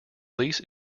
lease